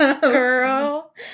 girl